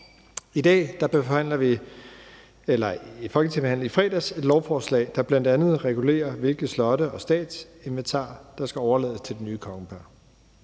i fredags et lovforslag, der bl.a. regulerer, hvilke slotte og hvilket statsinventar der skal overlades til det nye kongepar.